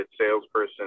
salesperson